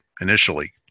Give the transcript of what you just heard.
initially